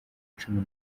cumi